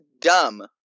dumb